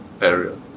area